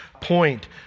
point